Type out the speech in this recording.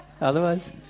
Otherwise